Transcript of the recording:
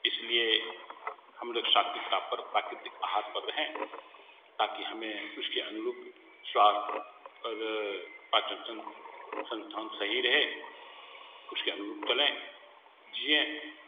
इसलिए हम लोग सात्विकता पर प्राकृतिक आहार पर रहें ताकि हमें उसके अनुरूप स्वास्त और पाचन तंत्र सही रहे उसके अनुरूप चलें जीएँ